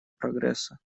прогресса